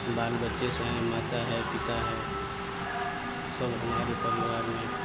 बाल बच्चे हैं माता है पिता है सब हमारे परिवार में